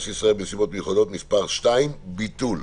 לישראל בנסיבות מיוחדות (מס' 2) (ביטול).